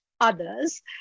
others